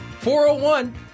401